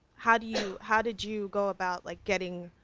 how do you, how did you go about like getting,